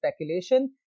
speculation